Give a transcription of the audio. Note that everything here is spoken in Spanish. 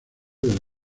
del